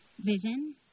Vision